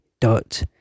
dot